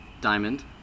Diamond